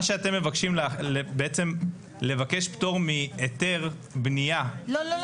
אתם מבקשים פטור מהיתר בנייה --- לא.